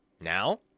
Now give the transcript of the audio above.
Now